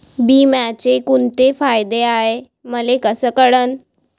बिम्याचे कुंते फायदे हाय मले कस कळन?